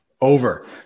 over